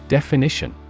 Definition